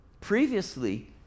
previously